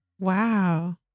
wow